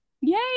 yay